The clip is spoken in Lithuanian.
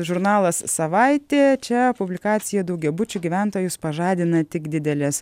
žurnalas savaitė čia publikacija daugiabučių gyventojus pažadina tik didelės